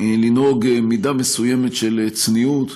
לנהוג מידה מסוימת של צניעות,